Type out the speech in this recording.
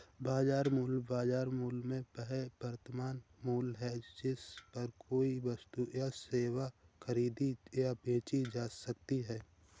बाजार मूल्य, बाजार मूल्य में वह वर्तमान मूल्य है जिस पर कोई वस्तु या सेवा खरीदी या बेची जा सकती है